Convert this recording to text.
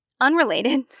Unrelated